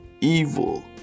evil